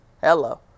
Hello